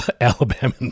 Alabama